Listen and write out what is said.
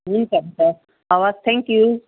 हुन्छ हुन्छ हवस् थ्याङ्क यू